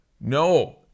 No